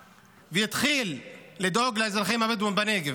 ויתחיל לדאוג לאזרחים הבדואים בנגב.